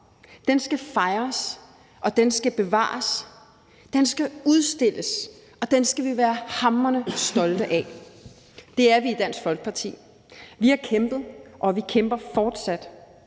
Den skal fejres, og den skal bevares. Den skal udstilles, og den skal vi være hamrende stolte af. Det er vi i Dansk Folkeparti. Vi har kæmpet, og vi kæmper fortsat,